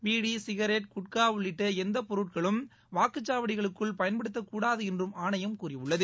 PT cigarette gutka உள்ளிட்ட எந்த பொருட்களும் வாக்குச்சாவடிகளுக்குள் பயன்படுத்தக்கூடாது என்றும் ஆணையம் கூறியுள்ளது